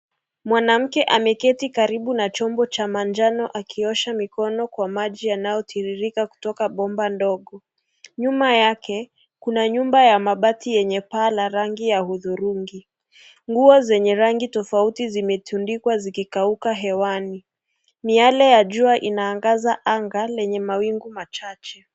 Mwanamke ameketi karibu na chombo cha manjano akiosha mikono kwa maji yanayotiririka kutoka bomba ndogo. Nyuma yake kuna nyumba ya mabati yenye paa la rangi ya hudhurungi. Nguo zenye rangi tofauti zimetundikwa zikikauka hewani. Miale ya jua inaangaza anga lenye mawingu machache.